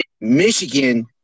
Michigan